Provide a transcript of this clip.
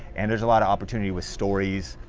and there's a lot of opportunities with stories,